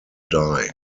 die